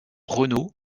renault